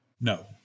No